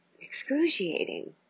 excruciating